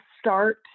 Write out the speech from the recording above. start